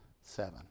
seven